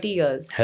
years